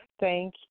Thank